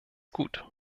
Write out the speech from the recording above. gut